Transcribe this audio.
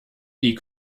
die